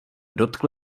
dotkl